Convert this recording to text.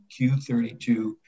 Q32